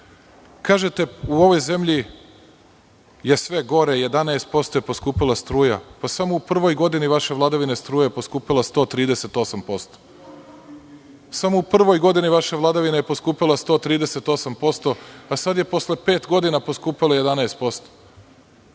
Kažete, u ovoj zemlji je sve gore, 11 posto je poskupela struja, a samo u prvoj godini vaše vladavine, struja je poskupela 138 posto, samo u prvoj godini vaše vladavine je poskupela 138 posto, a sada je posle pet godina je poskupela 11